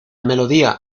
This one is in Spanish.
melodía